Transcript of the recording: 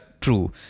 true